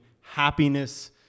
happiness